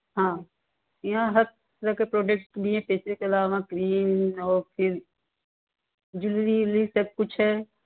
हाँ यहाँ हर तरह के प्रोडेक्ट भी है फेशियल के अलावा भी है और फिर जूलरी वूलरी सब कुछ है